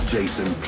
Jason